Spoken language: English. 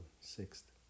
sixth